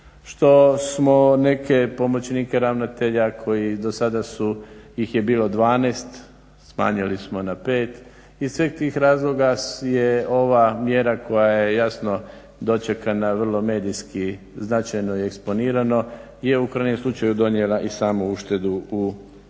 što smo neke pomoćnike ravnatelja koji do sada ih je bilo dvanaest smanjili smo na pet. Iz svih tih razloga je ova mjera koja je jasno dočekana vrlo medijski značajno i eksponirano je u krajnjem slučaju donijela i samu uštedu u budžetu